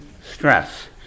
stress